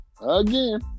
Again